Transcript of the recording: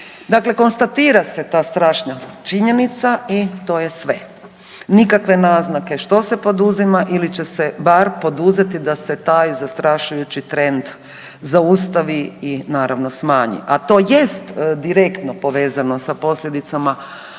Dakle, konstatira se ta strašna činjenica i to je sve. Nikakve naznake što se poduzima ili će se bar poduzeti da se taj zastrašujući trend zaustavi i naravno, smanji, a to jest direktno povezano za posljedicama